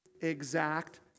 Exact